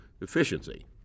efficiency